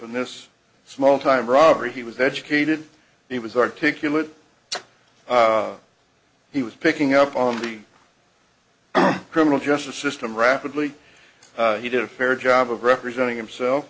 in this small time robbery he was educated he was articulate he was picking up on the criminal justice system rapidly he did a fair job of representing himself